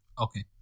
Okay